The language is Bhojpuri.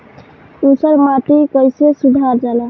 ऊसर माटी कईसे सुधार जाला?